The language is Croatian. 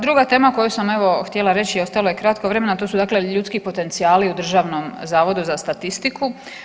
Druga tema o kojoj sam evo htjela reći, ostalo je kratko vremena, to su dakle ljudski potencijali u Državnom zavodi za statistiku.